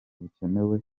bukenewe